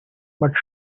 but